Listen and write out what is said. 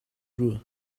grow